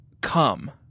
come